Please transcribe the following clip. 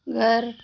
घर